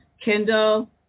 Kindle